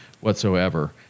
whatsoever